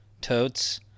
Totes